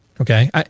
Okay